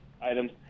items